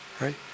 right